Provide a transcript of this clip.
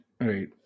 Right